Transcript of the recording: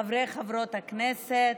חברי וחברות הכנסת,